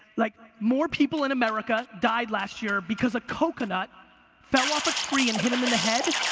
like, more people in america died last year because a coconut fell off a tree and hit them in the head,